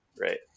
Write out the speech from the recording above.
Right